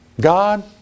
God